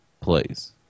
plays